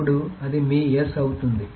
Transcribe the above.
ఇప్పుడు అది మీ S అవుతుంది